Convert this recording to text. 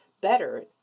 better